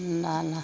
ल ल